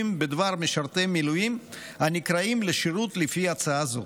בדבר משרתי המילואים הנקראים לשירות לפי הצעה זו,